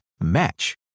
match